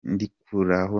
ndigukora